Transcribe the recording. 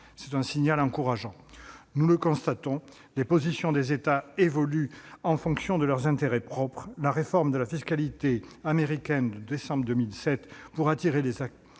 C'est un signal encourageant. Nous le constatons, les positions des États évoluent en fonction de leurs intérêts propres. La réforme de la fiscalité américaine de décembre 2017, destinée à attirer les actifs